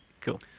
Cool